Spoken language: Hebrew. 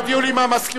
הודיעו לי מהמזכירות.